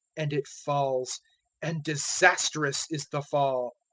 and it falls and disastrous is the fall.